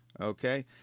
Okay